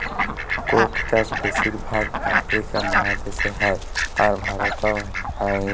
Coke চাষ বেশির ভাগ আফ্রিকা মহাদেশে হ্যয়, আর ভারতেও হ্য়য়